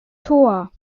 tor